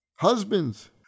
Husbands